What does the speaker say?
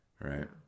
Right